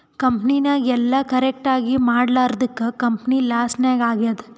ಕಂಪನಿನಾಗ್ ಎಲ್ಲ ಕರೆಕ್ಟ್ ಆಗೀ ಮಾಡ್ಲಾರ್ದುಕ್ ಕಂಪನಿ ಲಾಸ್ ನಾಗ್ ಆಗ್ಯಾದ್